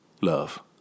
love